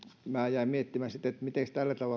jäin miettimään että miten